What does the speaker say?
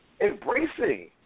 embracing